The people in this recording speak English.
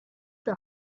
that